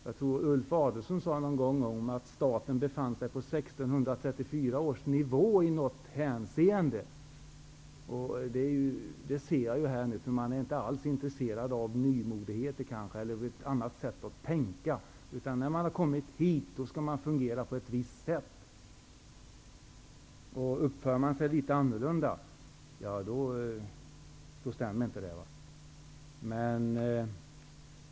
Jag tror att Ulf Adelsohn en gång sade att staten befann sig på 1634 års nivå i något hänseende, och det är det som jag ser här nu. Man är inte alls intresserad av nymodigheter eller av ett annat sätt att tänka. När man har kommit hit skall man fungera på ett visst sätt, och uppför man sig litet annorlunda stämmer det inte.